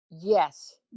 Yes